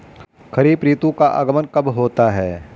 खरीफ ऋतु का आगमन कब होता है?